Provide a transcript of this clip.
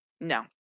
no